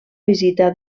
visita